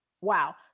Wow